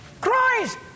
Christ